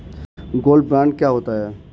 Gold bond क्या होता है?